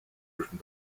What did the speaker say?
written